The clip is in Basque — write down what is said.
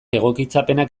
egokitzapenak